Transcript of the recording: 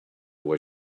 where